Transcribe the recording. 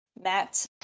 Matt